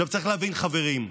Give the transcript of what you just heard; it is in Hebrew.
עכשיו, צריך להבין, חברים,